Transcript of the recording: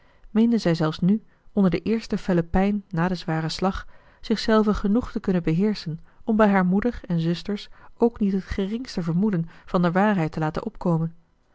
meende zij zelfs nu onder de eerste felle pijn na den zwaren slag zichzelve genoeg te kunnen beheerschen om bij haar moeder en zusters ook niet het geringste vermoeden van de waarheid te laten opkomen